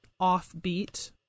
offbeat